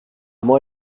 moi